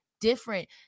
different